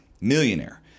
millionaire